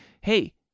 Hey